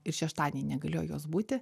ir šeštadienį negalėjo jos būti